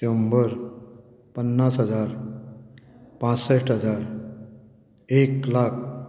शंबर पन्नास हजार पांसट हजार एक लाख